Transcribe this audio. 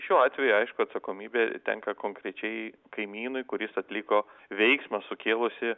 šiuo atveju aišku atsakomybė tenka konkrečiai kaimynui kuris atliko veiksmą sukėlusį